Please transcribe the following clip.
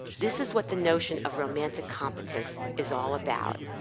this is what the notion of romantic competence is all about.